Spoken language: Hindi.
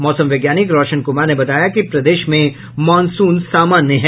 मौसम वैज्ञानिक रौशन कुमार ने बताया कि प्रदेश में मॉनसून सामान्य है